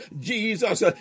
Jesus